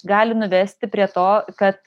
gali nuvesti prie to kad